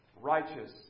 righteous